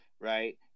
right